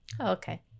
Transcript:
okay